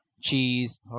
cheese